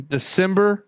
December